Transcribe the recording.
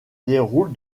déroule